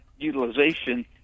utilization